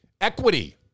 equity